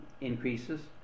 increases